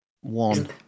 one